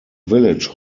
village